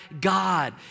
God